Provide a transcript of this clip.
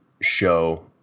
show